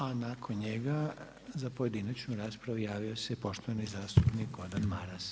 A nakon njega za pojedinačnu raspravu javio se poštovani zastupnik Gordan Maras.